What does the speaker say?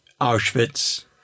Auschwitz